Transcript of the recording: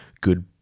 good